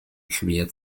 schwer